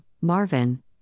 Marvin